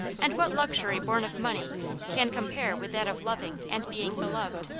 and what luxury born of money can compare with that of loving and being beloved?